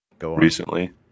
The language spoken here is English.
recently